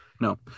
No